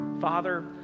Father